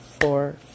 four